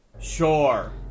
Sure